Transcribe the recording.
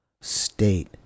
state